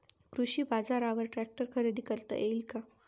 कृषी बाजारवर ट्रॅक्टर खरेदी करता येईल का?